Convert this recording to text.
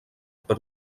per